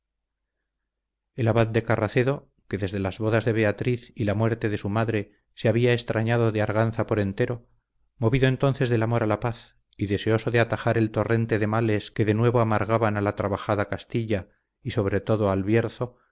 el abad de carracedo que desde las bodas de doña beatriz y la muerte de su madre se había extrañado de arganza por entero movido entonces del amor a la paz y deseoso de atajar el torrente de males que de nuevo amargaban a la trabajada castilla y sobre todo al bierzo